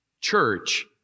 church